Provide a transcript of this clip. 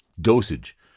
dosage